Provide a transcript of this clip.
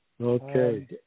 Okay